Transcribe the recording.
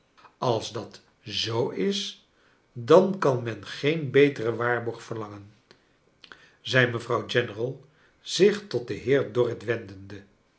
als dat zoo is dan kan men geen beteren waarborg verlangen zei mevrouw general zich tot den heer dorrit wendende